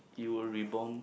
you will reborn